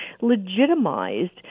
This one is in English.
legitimized